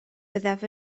byddaf